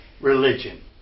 religion